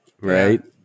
right